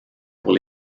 pour